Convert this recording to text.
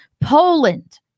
Poland